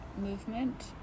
movement